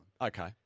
Okay